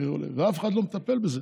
שהמחיר עולה ואף אחד לא מטפל בזה.